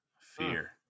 fear